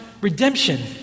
redemption